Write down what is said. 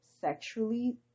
sexually